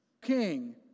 king